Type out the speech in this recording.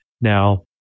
Now